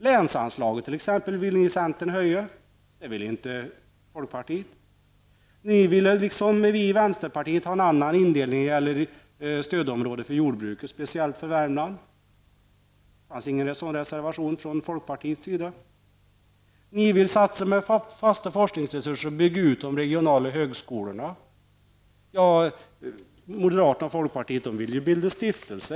Länsanslaget t.ex. vill ni i centern höja, men det vill inte folkpartiet. Ni ville liksom vi i vänsterpartiet ha en annan stödområdesindelning för jordbruket, speciellt för Värmland. Det fanns ingen sådan reservation från folkpartiets sida. Ni vill satsa på fasta forskningsresurser och bygga ut de regionala högskolorna. Moderaterna och folkpartiet vill bilda stiftelser.